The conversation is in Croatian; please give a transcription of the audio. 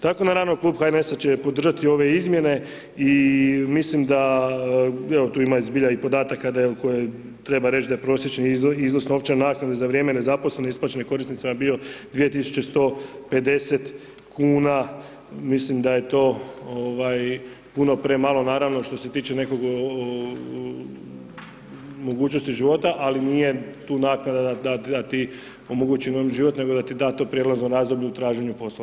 Tako naravno Klub HNS-a će podržati ove izmjene i mislim da, evo tu ima i zbilja i podataka o kojima treba reći da je prosječni iznos novčane naknade za vrijeme nezaposlenosti isplaćen korisnicima bio 2150 kuna, mislim da je to ovaj, puno premalo, naravno što se tiče nekog mogućnosti života, ali nije tu naknada da ti omogući ... život, nego da ti da to prijelazno razdoblje u traženju poslova.